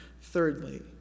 thirdly